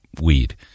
weed